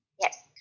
Yes